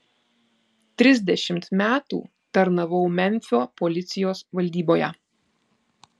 trisdešimt metų tarnavau memfio policijos valdyboje